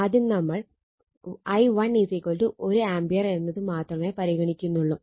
ആദ്യം നമ്മൾ i1 1 ampere എന്നത് മാത്രമേ പരിഗണിക്കുന്നുള്ളു